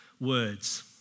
Words